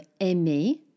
aimer